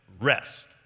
rest